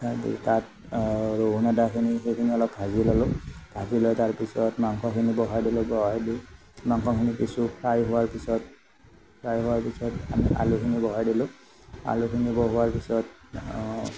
তাৰপিছত তাত ৰহুন আদাখিনি সেইখিনি অলপ ভাজি ললোঁ ভাজিলৈ তাৰপিছত মাংসখিনি বহাই দিলোঁ বহাই দি মাংসখিনি কিছু ফ্ৰাই হোৱাৰ পিছত ফ্ৰাই হোৱাৰ পিছত আমি আলুখিনি বহাই দিলোঁ আলুখিনি বহোৱাৰ পিছত